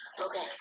Okay